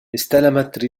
استلمت